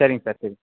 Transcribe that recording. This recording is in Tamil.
சரிங்க சார் சரி